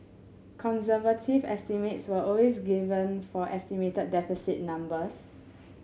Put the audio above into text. conservative estimates were always given for estimated deficit numbers